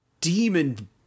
demon